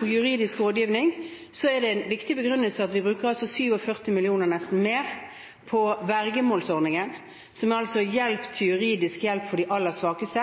Juridisk rådgivning, er en viktig begrunnelse at vi bruker nesten 47 mill. kr mer på vergemålsordningen, som er juridisk hjelp til de aller svakeste.